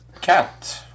Cat